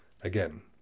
Again